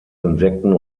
insekten